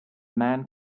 man